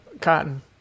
Cotton